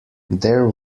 there